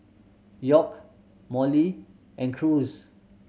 York Molly and Cruz